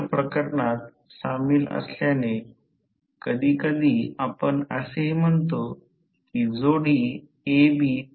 म्हणूनच दुय्यम टर्मिनल विद्युतदाबमध्ये भार न झाल्यापासून पूर्ण भार पर्यंतचे निव्वळ बदल आहे ज्याचे रेट केलेले आहे म्हणून व्होल्टेज नियमन आहे